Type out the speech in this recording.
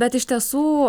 bet iš tiesų